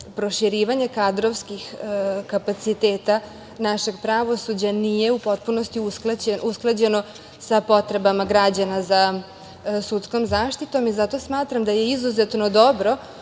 proširivanje kadrovskih kapaciteta našeg pravosuđa nije u potpunosti usklađeno sa potrebama građana za sudskom zaštitom i zato smatram da je izuzetno dobro